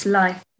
life